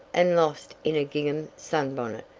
and lost in a gingham sunbonnet,